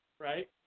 Right